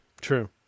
True